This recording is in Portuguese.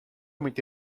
muito